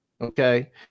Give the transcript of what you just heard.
Okay